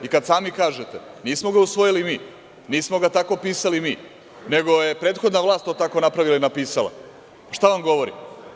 I kada sami kažete - nismo ga usvojili mi, nismo ga tako pisali mi, nego je prethodna vlast to tako napravila i napisali, šta vam govori?